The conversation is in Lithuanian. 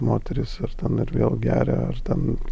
moteris ar ten ir vėl geria ar ten